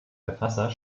verfasser